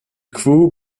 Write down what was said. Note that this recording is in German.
crew